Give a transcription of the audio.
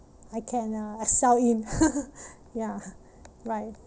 I can uh excel in ya right